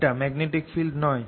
এটা magnetic field নয়